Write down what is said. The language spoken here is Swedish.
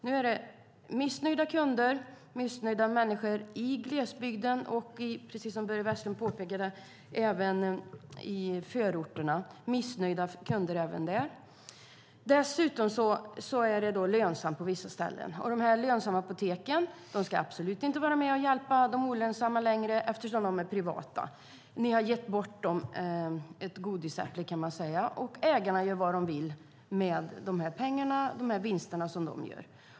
Det är missnöjda kunder, missnöjda människor i glesbygd och, precis som Börje Vestlund påpekade, i förorterna. Dessutom är det lönsamt på vissa ställen, men de lönsamma apoteken ska absolut inte hjälpa de olönsamma längre eftersom de är privata. Ni har gett bort dem, och ägarna gör vad de vill med de vinster som de gör.